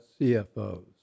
CFOs